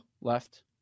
left